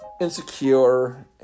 insecure